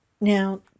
Now